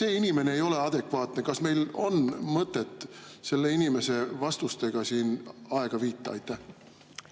See inimene ei ole adekvaatne. Kas meil on mõtet selle inimese vastustega siin aega viita?